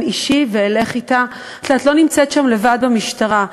אישי ואלך אתה: את לא נמצאת שם לבד במשטרה.